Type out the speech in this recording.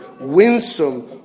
winsome